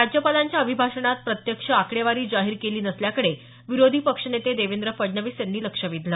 राज्यपालांच्या अभिभाषणात प्रत्यक्ष आकडेवारी जाहीर केली नसल्याकडे विरोधी पक्षनेते देवेंद्र फडणवीस यांनी लक्ष वेधलं